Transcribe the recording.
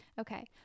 Okay